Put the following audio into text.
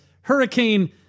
hurricane